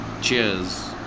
Cheers